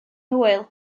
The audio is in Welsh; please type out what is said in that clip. hwyl